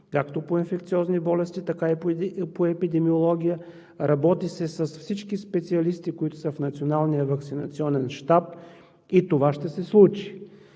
както по инфекциозни болести, така и по епидемиология, работи се с всички специалисти, които са в Националния ваксинационен щаб, и това ще се случи.